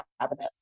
cabinet